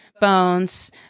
bones